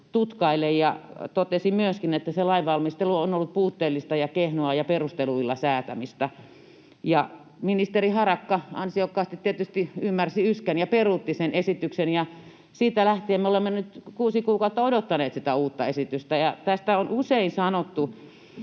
tutkaile ja myöskin totesi, että se lainvalmistelu on ollut puutteellista ja kehnoa ja perusteluilla säätämistä. Ministeri Harakka ansiokkaasti tietysti ymmärsi yskän ja peruutti sen esityksen, ja siitä lähtien me olemme nyt kuusi kuukautta odottaneet sitä uutta esitystä. Tästä on usein sanottu